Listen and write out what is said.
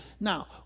Now